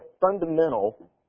fundamental